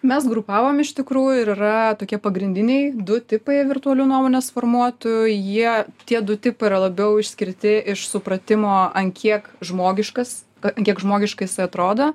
mes grupavom iš tikrųjų ir yra tokie pagrindiniai du tipai virtualių nuomonės formuotojų jie tie du tipai yra labiau išskirti iš supratimo ant kiek žmogiškas k ant kiek žmogiškai jisai atrodo